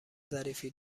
ظریفی